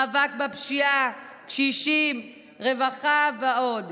במאבק בפשיעה, קשישים, רווחה ועוד.